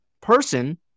person